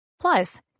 Plus